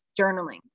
journaling